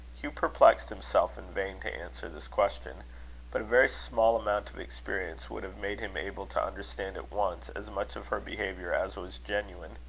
hugh perplexed himself in vain to answer this question but a very small amount of experience would have made him able to understand at once as much of her behaviour as was genuine.